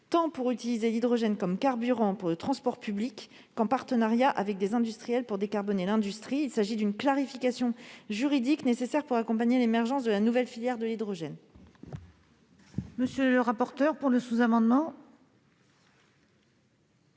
tant pour utiliser l'hydrogène comme carburant pour le transport public que pour décarboner l'industrie, en partenariat avec des industriels. Il s'agit d'une clarification juridique nécessaire pour accompagner l'émergence de la nouvelle filière de l'hydrogène.